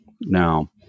Now